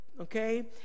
okay